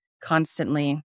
constantly